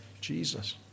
Jesus